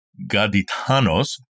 gaditanos